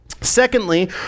Secondly